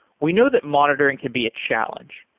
we know that monitoring could be a challenge.